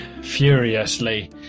furiously